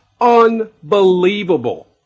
unbelievable